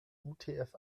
utf